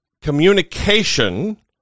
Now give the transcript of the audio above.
communication